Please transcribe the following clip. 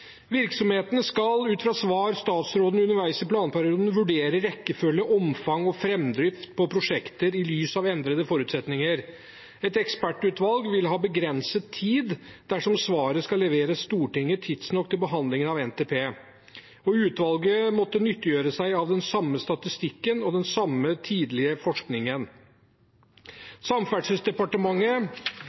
Virksomhetene skal – ut fra svar fra statsråden – underveis i planperioden vurdere rekkefølge, omfang og framdrift på prosjekter i lys av endrede forutsetninger. Et ekspertutvalg vil ha begrenset tid dersom svaret skal leveres Stortinget tidsnok til behandlingen av NTP, og utvalget måtte nyttiggjøre seg den samme statistikken og den samme tidlige forskningen som Samferdselsdepartementet